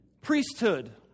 priesthood